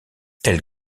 elle